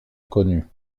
connues